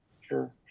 Sure